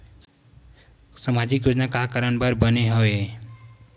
सामाजिक योजना का कारण बर बने हवे?